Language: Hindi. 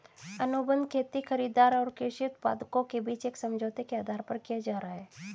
अनुबंध खेती खरीदार और कृषि उत्पादकों के बीच एक समझौते के आधार पर किया जा रहा है